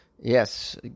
Yes